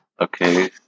okay